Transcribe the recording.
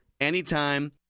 anytime